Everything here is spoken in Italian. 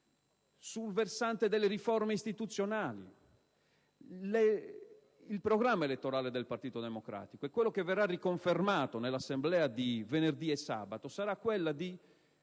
sul versante delle riforme istituzionali. Il programma elettorale del Partito Democratico, che è quello che verrà riconfermato nell'Assemblea Nazionale di venerdì e sabato, sarà di